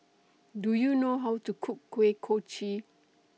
Do YOU know How to Cook Kuih Kochi